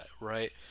right